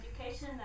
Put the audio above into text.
education